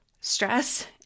stress